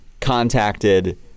contacted